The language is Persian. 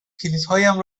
کلیدهایم